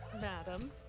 madam